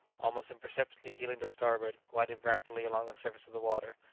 almost imperceptibly heeling to starboard, glided rapidly along the surface of the water,